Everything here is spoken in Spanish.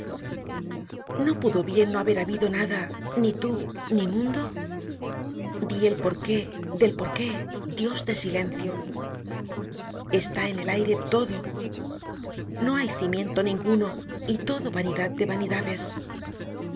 no pudo bien no haber habido nada ni tú ni mundo di el por qué del por qué dios de silencio i está en el aire todo no hay cimiento ninguno y todo vanidad de vanidades